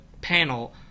panel